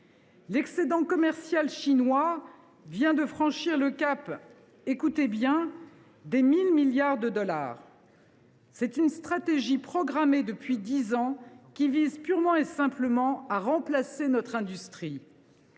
L’excédent commercial chinois vient de franchir le cap – écoutez bien !– des 1 000 milliards de dollars. C’est une stratégie programmée depuis dix ans et qui vise purement et simplement à remplacer notre industrie.